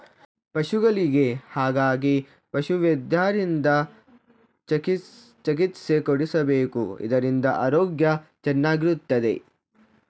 ಪಶುಗಳಿಗೆ ಹಾಗಾಗಿ ಪಶುವೈದ್ಯರಿಂದ ಚಿಕಿತ್ಸೆ ಕೊಡಿಸಬೇಕು ಇದರಿಂದ ಆರೋಗ್ಯ ಚೆನ್ನಾಗಿರುತ್ತದೆ